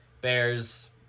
Bears